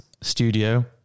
studio